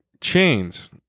chains